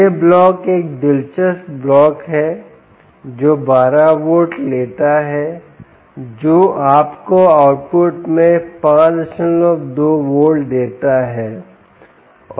यह ब्लॉक एक दिलचस्प ब्लॉक है जो 12 वोल्ट लेता है जो आपको आउटपुट में 52 देता है